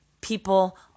people